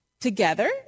together